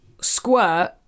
squirt